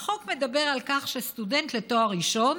החוק מדבר על כך שסטודנט לתואר ראשון